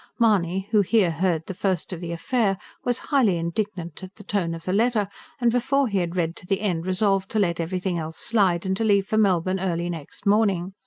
mahony, who here heard the first of the affair, was highly indignant at the tone of the letter and before he had read to the end resolved to let everything else slide, and to leave for melbourne early next morning.